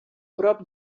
prop